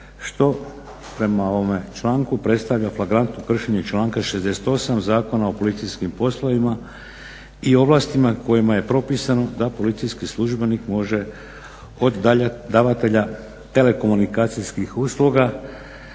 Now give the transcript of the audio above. što prema ovome članku predstavlja flagrantno kršenje članka 68. Zakona o policijskim poslovima i ovlastima kojima je propisano da policijski službenik može od davatelja telekomunikacijskih usluga